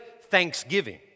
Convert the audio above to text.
thanksgiving